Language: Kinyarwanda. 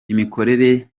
imikorere